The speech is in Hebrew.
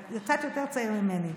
אתה קצת יותר צעיר ממני,